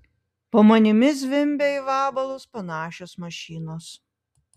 po manimi zvimbia į vabalus panašios mašinos